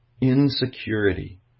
Insecurity